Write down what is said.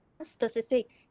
specific